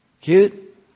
Cute